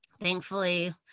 thankfully